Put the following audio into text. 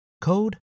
code